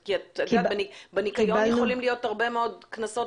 כי בניקיון יכולים להיות הרבה מאוד קנסות